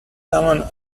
someone